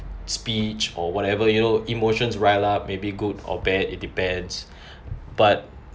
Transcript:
speech or whatever you know emotions ride up may be good or bad it depends but